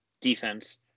defense